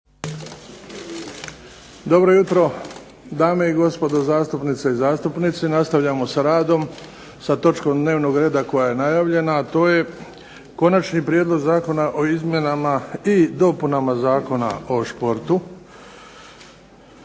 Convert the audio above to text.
Dobro jutro, dame i gospodo zastupnice i zastupnici. Nastavljamo sa radom sa točkom dnevnog reda koja je najavljena, a to je - Konačni prijedlog zakona o izmjenama i dopunama Zakona o športu,